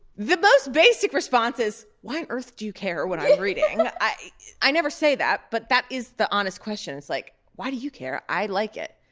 the most basic response is why on earth do you care what i am reading? i i never say that, but that is the honest question it's like, why do you care? i like it!